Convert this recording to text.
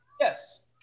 Yes